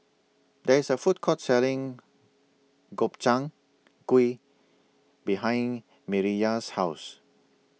There IS A Food Court Selling Gobchang Gui behind Mireya's House